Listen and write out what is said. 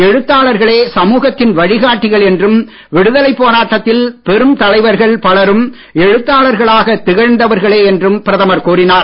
எழுத்தாளர்களே சமூகத்தின் வழி காட்டிகள் என்றும் விடுதலைப் போராட்டத்தில் பெருந் தலைவர்கள் பலரும் எழுத்தாளர்களாக திகழ்ந்தவர்களே என்றும் பிரதமர் கூறினார்